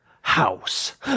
house